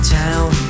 town